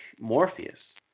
Morpheus